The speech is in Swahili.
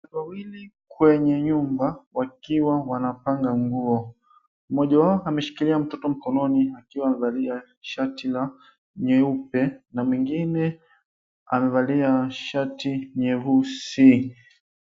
Watu wawili kwenye nyumba wakiwa wanapanga nguo. Mmoja wao ameshikilia mtoto mkononi akiwa amevalia shati la nyeupe na mwingine amevalia shati nyeusi.